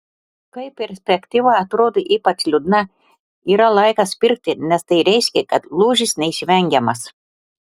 kai perspektyva atrodo ypač liūdna yra laikas pirkti nes tai reiškia kad lūžis neišvengiamas